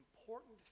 important